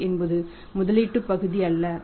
375 என்பது முதலீட்டு பகுதி அல்ல